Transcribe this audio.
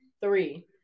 three